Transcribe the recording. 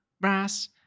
Brass